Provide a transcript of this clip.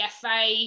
FA